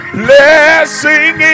blessing